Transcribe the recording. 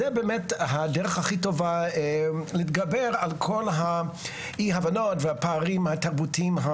זו הדרך הכי טובה להתגבר על אי-ההבנות והפערים התרבותיים,